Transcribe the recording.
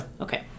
Okay